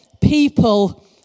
people